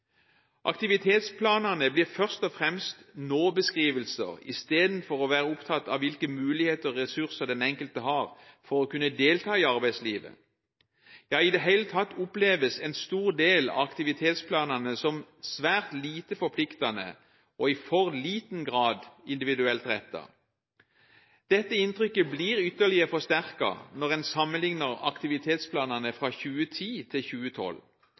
Aktivitetsplanene blir først og fremst nå-beskrivelser istedenfor å være opptatt av hvilke muligheter og ressurser den enkelte har for å kunne delta i arbeidslivet. I det hele tatt oppleves en stor del av aktivitetsplanene som svært lite forpliktende og i for liten grad individuelt rettet. Dette inntrykket blir ytterligere forsterket når en sammenligner aktivitetsplanene fra 2010 til 2012.